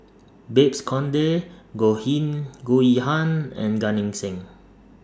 Babes Conde Goh Him Goh Yihan and Gan Eng Seng